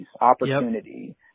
opportunity